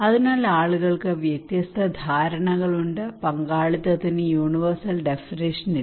അതിനാൽ ആളുകൾക്ക് വ്യത്യസ്ത ധാരണകളുണ്ട് പങ്കാളിത്തത്തിന് യൂണിവേഴ്സൽ ഡെഫിനിഷൻ ഇല്ല